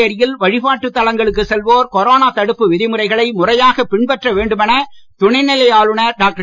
புதுச்சேரியில் வழிபாட்டுத் தலங்களுக்குச் செல்வோர் கொரோனா தடுப்பு விதிமுறைகளை முறையாகப் பின்பற்ற வேண்டுமென துணைநிலை ஆளுனர் டாக்டர்